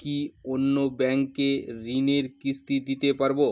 কি অন্য ব্যাঙ্কে ঋণের কিস্তি দিতে পারবো?